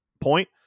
point